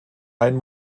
ein